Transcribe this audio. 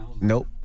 Nope